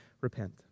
repent